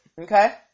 okay